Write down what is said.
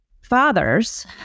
fathers